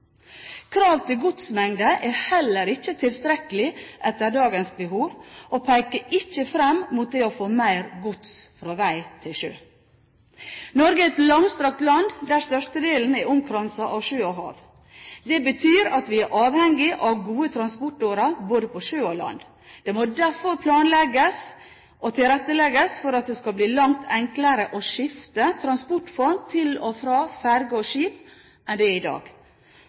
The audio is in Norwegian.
til godsmengde er heller ikke tilstrekkelig etter dagens behov og peker ikke fram mot det å få mer gods fra vei til sjø. Norge er et langstrakt land, der størstedelen er omkranset av sjø og hav. Det betyr at vi er avhengig av gode transportårer både på sjø og land. Det må derfor planlegges og tilrettelegges for at det skal bli langt enklere å skifte transportform til og fra ferger og skip enn det er i dag,